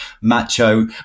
macho